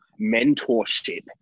mentorship